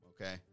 okay